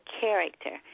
character